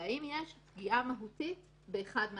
האם יש פגיעה מהותית באחד מהצדדים.